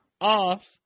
off